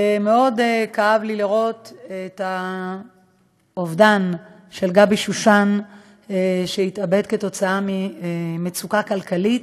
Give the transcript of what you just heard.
מאוד כאב לי לראות את האובדן של גבי שושן שהתאבד בשל מצוקה כלכלית,